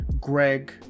Greg